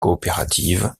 coopératives